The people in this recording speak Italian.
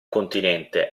continente